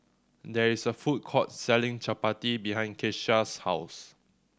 there is a food court selling Chapati behind Keshia's house